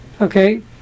Okay